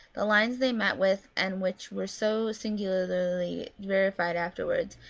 the lines they met with and which were so singularly verified afterwards,